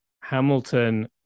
Hamilton